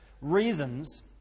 reasons